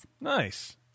nice